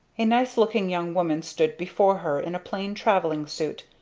a nice looking young woman stood before her, in a plain travelling suit,